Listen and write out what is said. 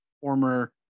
former